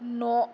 न'